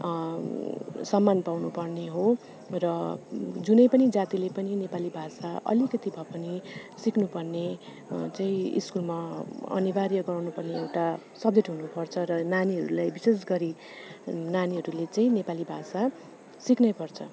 सम्मान पाउनु पर्ने हो र जुनै पनि जातिले पनि नेपाली भाषा अलिकति भए पनि सिक्नुपर्ने चाहिँ स्कुलमा अनिवार्य गराउनु पर्ने एउटा सब्जेक्ट हुनुपर्छ र नानीहरूलाई विशेष गरी नानीहरूले चाहिँ नेपाली भाषा सिक्नैपर्छ